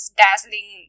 dazzling